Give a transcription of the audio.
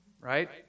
right